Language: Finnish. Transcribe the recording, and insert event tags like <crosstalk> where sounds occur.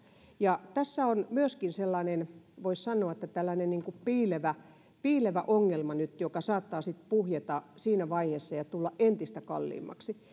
tässä on myöskin nyt tällainen voisi sanoa piilevä piilevä ongelma joka saattaa sitten puhjeta siinä vaiheessa ja tulla entistä kalliimmaksi <unintelligible>